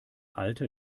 alter